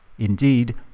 Indeed